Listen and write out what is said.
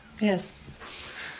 Yes